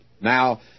now